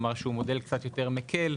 שהוא מודל קצת יותר מקל,